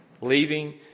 leaving